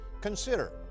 Consider